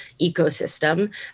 ecosystem